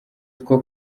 two